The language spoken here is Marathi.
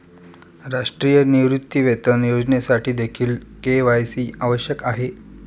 राष्ट्रीय निवृत्तीवेतन योजनेसाठीदेखील के.वाय.सी आवश्यक आहे